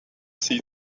see